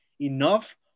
enough